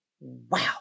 wow